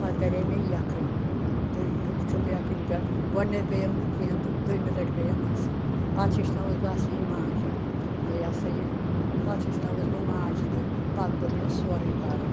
پتہٕ کَرے مےٚ یکھٕنۍ تہٕ ہیوٚک چھُم یکٕنۍ پؠٹھ گۄڈنیٚتھ گٔیَم نہٕ کینٛہہ تہٕ دوٚیٚمِہ لٹہِ گٔیَم اَصٕل پتہٕ ہیٚچھنٲوُس بہٕ اصلی ماجہِ مےٚ ہسا یہِ پتہٕ ہیٚچھنٲوُس بہٕ ماجہِ تہٕ پتہٕ توٚگ مےٚ سورُے کرُن